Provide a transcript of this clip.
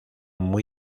muy